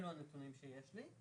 אלה הנתונים שיש לי.